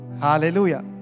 Hallelujah